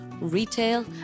retail